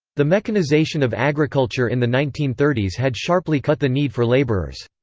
the mechanization of agriculture in the nineteen thirty s had sharply cut the need for laborers.